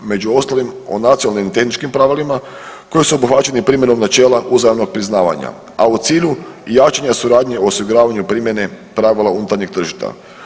Među ostalim o nacionalnim i tehničkim pravilima koji su obuhvaćeni primjenom načela uzajamnog priznavanja, a u cilju jačanja suradnje u osiguravanju primjene pravila unutarnjeg tržišta.